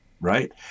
right